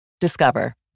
Discover